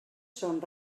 són